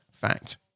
fact